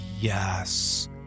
yes